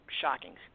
shocking